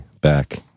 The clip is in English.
back